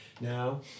Now